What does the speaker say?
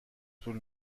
طول